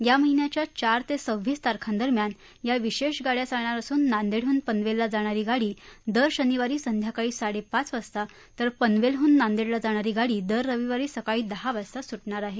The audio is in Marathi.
या महिन्याच्या चार ते सव्वीस तारखांदरम्यान या विशेष गाड्या चालणार असून नांदेडहून पनवेलला जाणारी गाडी दर शनिवारी संध्याकाळी साडेपाच वाजता तर पनवेलहून नांदेडला जाणारी गाडी दर रविवारी सकाळी दहा वाजता सुटणार आहे